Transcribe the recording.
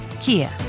Kia